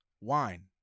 Wine